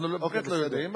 אנחנו באמת לא יודעים,